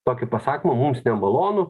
tokį pasakymą mums nemalonu